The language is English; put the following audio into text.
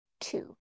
two